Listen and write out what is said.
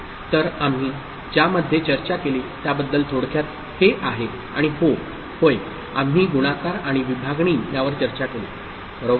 तर आम्ही ज्यामध्ये चर्चा केली त्याबद्दल थोडक्यात हे आहे आणि हो होय आम्ही गुणाकार आणि विभागणी यावर चर्चा केली बरोबर